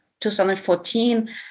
2014